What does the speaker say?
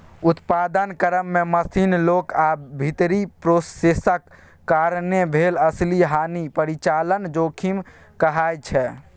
उत्पादन क्रम मे मशीन, लोक आ भीतरी प्रोसेसक कारणेँ भेल असली हानि परिचालन जोखिम कहाइ छै